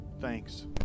thanks